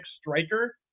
striker